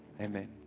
Amen